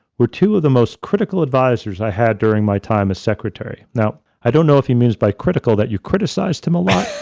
were two of the most critical advisors i had during my time as secretary. now, i don't know if he means by critical that you've criticized him a lot,